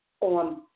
on